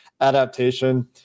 adaptation